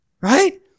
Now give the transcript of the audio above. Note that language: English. Right